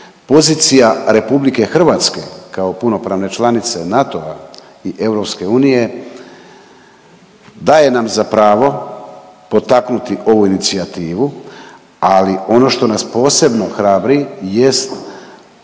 pozicija RH kao puno pravne članice NATO-a i EU daje nam za pravo potaknuti ovu inicijativu, ali ono što nas posebno hrabri jest